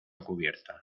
cubierta